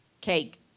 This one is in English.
Cake